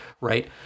Right